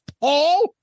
Paul